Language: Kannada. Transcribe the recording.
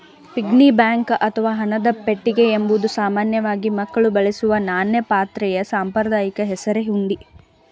ಪಿಗ್ನಿ ಬ್ಯಾಂಕ್ ಅಥವಾ ಹಣದ ಪೆಟ್ಟಿಗೆ ಎಂಬುದು ಸಾಮಾನ್ಯವಾಗಿ ಮಕ್ಕಳು ಬಳಸುವ ನಾಣ್ಯ ಪಾತ್ರೆಯ ಸಾಂಪ್ರದಾಯಿಕ ಹೆಸರೇ ಹುಂಡಿ